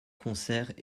concerts